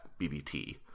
BBT